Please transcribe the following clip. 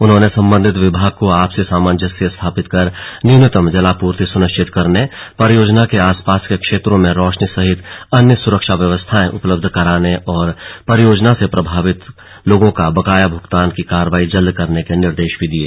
उन्होंने सम्बंधित विभागों को आपसी सामंजस्य स्थापित कर न्यूनतम जलापूर्ति सुनिश्चित करने परियोजना के आसपास के क्षेत्रो में रोशनी सहित अन्य सुरक्षा व्यवस्थाएं उपलब्ध कराने और परियोजना से प्रभावितों का बकाया भूगतान की कार्रवाई जल्द करने के निर्देश भी दिये